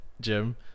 Jim